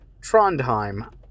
Trondheim